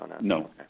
no